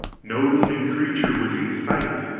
no living creature was in sight!